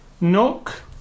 Nook